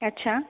अच्छा